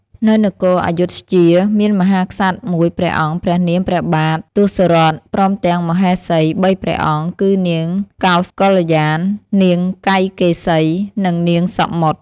នៅនគរព្ធយុធ្យា មានមហាក្សត្រមួយព្រះអង្គព្រះនាមព្រះបាទទសរថព្រមទាំងមហេសី ៣ព្រះអង្គ គឺនាងកោសកល្យាណ នាងកៃកេសី និងនាងសមុទ្រ។